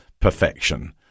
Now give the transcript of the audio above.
perfection